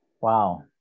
wow